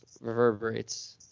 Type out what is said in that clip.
reverberates